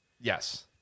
Yes